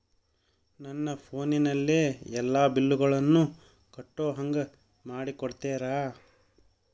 ನನ್ನ ಫೋನಿನಲ್ಲೇ ಎಲ್ಲಾ ಬಿಲ್ಲುಗಳನ್ನೂ ಕಟ್ಟೋ ಹಂಗ ಮಾಡಿಕೊಡ್ತೇರಾ?